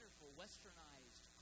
westernized